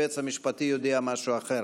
היועץ המשפטי יודיע משהו אחר.